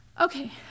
Okay